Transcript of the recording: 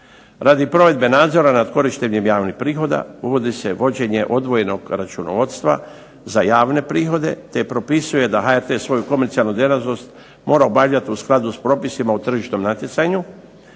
Radi provedbe nadzora nad korištenjem javnih prihoda uvodi se vođenje odvojenog računovodstva za javne prihode te propisuje da HRT svoju komercijalnu djelatnost mora obavljati u skladu s propisima u tržišnom natjecanju,